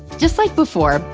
just like before,